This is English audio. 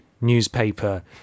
newspaper